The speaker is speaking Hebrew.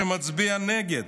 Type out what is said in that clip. שמצביע נגד,